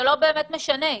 זה לא באמת משנה.